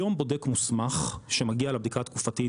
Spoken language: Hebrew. היום בודק מוסמך שמגיע לבדיקה התקופתית